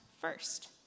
first